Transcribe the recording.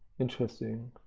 interesting.